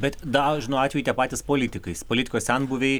bet dažnu atveju tie patys politikais politikos senbuviai